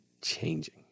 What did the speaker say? changing